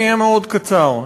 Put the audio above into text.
אני אהיה מאוד קצר,